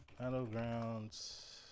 Battlegrounds